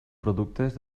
productes